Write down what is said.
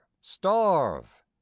starve